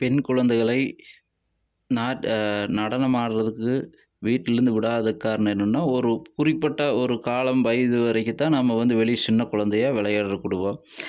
பெண் குழந்தைகளை நடனமாடுறதுக்கு வீட்டில் இருந்து விடாததற்கு காரணம் என்னன்னா ஒரு குறிப்பிட்ட ஒரு காலம் வயது வரைக்கும் தான் நம்ம வந்து வெளியே சின்ன குழந்தையை விளையாட விடுவோம்